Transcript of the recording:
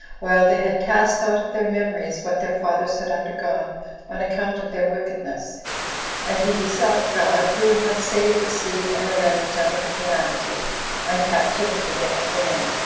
while they had cast out of their memories what their fathers had undergone on account of their wickedness and he besought god, who had saved a seed and a remnant out of the calamity and captivity they had been in,